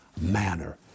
manner